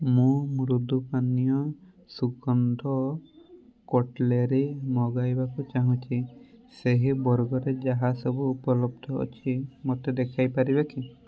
ମୁଁ ମୃଦୁ ପାନୀୟ ସୁଗନ୍ଧ କଟ୍ଲେରୀ ମଗାଇବାକୁ ଚାହୁଁଛି ସେହି ବର୍ଗରେ ଯାହାସବୁ ଉପଲବ୍ଧ ଅଛି ମୋତେ ଦେଖାଇପାରିବେ କି